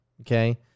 Okay